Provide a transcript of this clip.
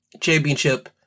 championship